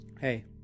Hey